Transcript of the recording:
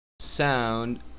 Sound